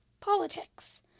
politics